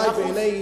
אולי בעיני,